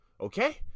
okay